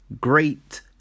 Great